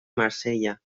marsella